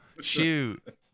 Shoot